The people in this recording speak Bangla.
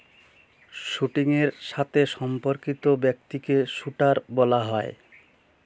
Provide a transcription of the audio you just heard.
শ্যুটিংয়ের সাথে সম্পর্কিত ব্যক্তিকে শ্যুটার বলা হয়